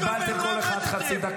קיבלתם כל אחד חצי דקה.